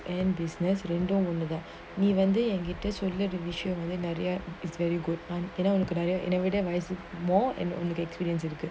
relationship and business ரெண்டும்ஒண்ணுதான்நீவந்துஎன்கிட்டசொல்றவிஷயம்நெறய:rendum onnuthan nee vandhu enkita solra vishayam neraya everytime I see more and only the experienced இருக்கு:irukku